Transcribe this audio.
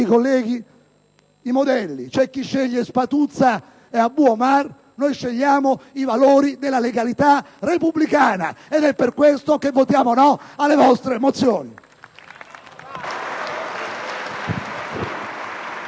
colleghi, i modelli: c'è chi sceglie Spatuzza e Abu Omar; noi scegliamo i valori della legalità repubblicana. Ed è per questo che voteremo no alle vostre mozioni.